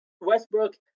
Westbrook